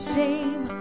shame